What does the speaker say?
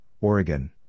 Oregon